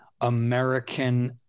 American